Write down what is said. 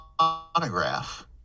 monograph